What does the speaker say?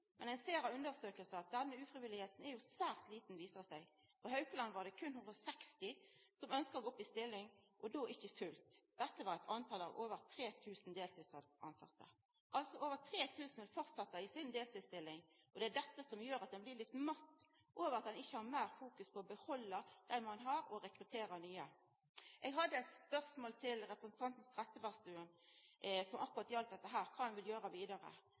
ser av undersøkingar at denne ufrivilligheita er svært liten, viser det seg. På Haukeland var dei berre 160 som ønskte å gå opp i stilling, og då ikkje fullt. Dette var talet blant over 3 000 deltidstilsette – altså over 3 000 vil fortsetja i si deltidsstilling. Det er dette som gjer at ein blir litt matt over at ein ikkje har meir fokus på å behalda dei ein har, og rekruttera nye. Eg hadde eit spørsmål til representanten Trettebergstuen som gjaldt akkurat dette, og kva ein ville gjera vidare.